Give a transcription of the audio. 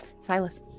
Silas